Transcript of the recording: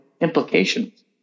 implications